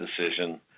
decision